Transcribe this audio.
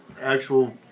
actual